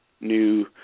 new